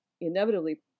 inevitably